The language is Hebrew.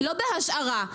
לא בהשערה,